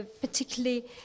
particularly